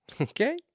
Okay